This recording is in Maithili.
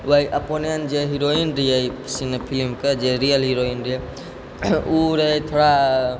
वही अपन जे हिरोइन रहै ई फिल्मके जे रियल हिरोइन रहै उ रहै थोड़ा